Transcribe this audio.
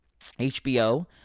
HBO